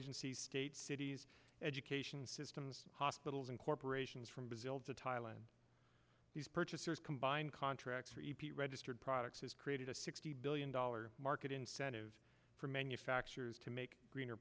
agencies state cities education systems hospitals and corporations from brazil to thailand these purchasers combine contracts repeat registered products has created a sixty billion dollars market incentives for manufacturers to make greener